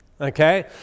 Okay